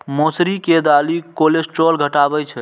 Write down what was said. मौसरी के दालि कोलेस्ट्रॉल घटाबै छै